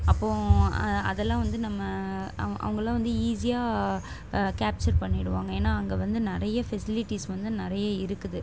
அப்போது அதெல்லாம் வந்து நம்ம அவ அவங்களெலாம் வந்து ஈஸியாக கேப்ச்சர் பண்ணிவிடுவாங்க ஏன்னால் அங்கே வந்து நிறைய ஃபெசிலிட்டிஸ் வந்து நிறைய இருக்குது